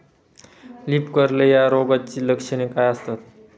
Leaf curl या रोगाची लक्षणे काय असतात?